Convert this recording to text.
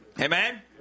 Amen